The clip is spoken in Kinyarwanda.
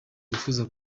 wifuza